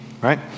right